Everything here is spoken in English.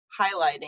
highlighting